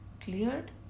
cleared